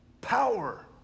Power